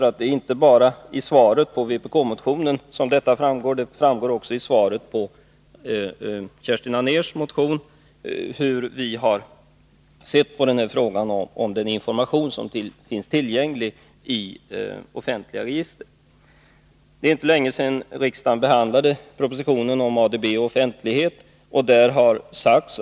Av kommentarerna till vpk-motionen och till Kerstin Anérs motion framgår hur vi har sett på den information som finns tillgänglig i offentliga register. Det är inte länge sedan riksdagen behandlade regeringens förslag om offentlighetsprincipen och ADB.